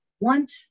want